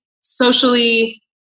socially